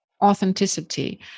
authenticity